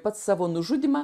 pats savo nužudymą